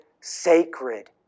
sacred